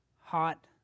hot